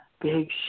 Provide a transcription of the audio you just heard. big